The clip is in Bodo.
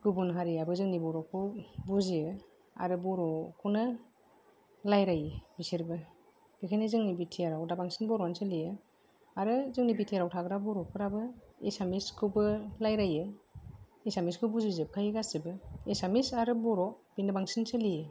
गुबुन हारियाबो जोंनि बर'खौ बुजियो आरो बर'खौनो रायलायो बिसोरबो बेखायनो जोंनि बि टि आर आव दा बांसिन बर'आनो सोलियो आरो जोंनि बि टि आर आव थाग्रा बर'फ्राबो एसामिसखौबो रायलायो एसामिसखौ बुजिजोबखायो गासिबो एसामिस आरो बर' बेनो बांसिन सोलियो